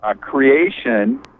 creation